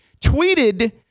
tweeted